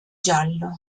giallo